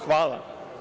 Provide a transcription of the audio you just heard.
Hvala.